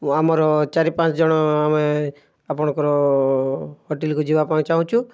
ଆମର ଚାରି ପାଞ୍ଚଜଣ ଆମେ ଆପଣଙ୍କର ହୋଟେଲ୍କୁ ଯିବାପାଇଁ ଚାହୁଁଛୁ